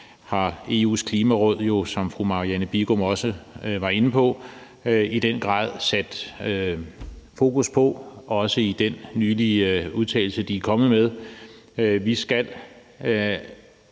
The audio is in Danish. har EU's Klimaråd jo, som fru Marianne Bigum også var inde på, i den grad sat fokus på. Det gælder også den nylige udtalelse, de er kommet med. Vi skal